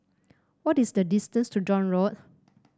what is the distance to John Road